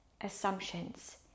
assumptions